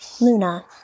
luna